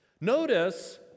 Notice